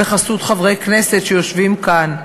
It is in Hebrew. בחסות חברי כנסת שיושבים כאן.